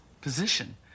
position